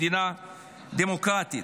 מדינה דמוקרטית.